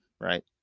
right